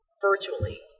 Virtually